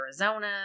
Arizona